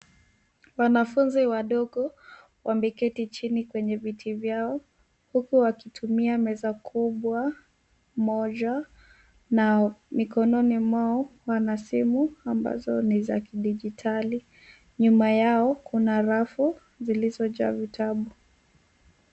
Wanafunzi wadogo wameketi chini kwenye viti vyao, huku wakitumia meza kubwa moja, na mikononi mwao wana simu, ambazo ni za kidijitali. Nyuma yao kuna rafu zilizojaa vitabu.